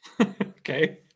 Okay